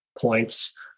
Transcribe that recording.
points